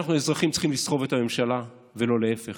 אנחנו האזרחים צריכים לסחוב את הממשלה ולא להפך.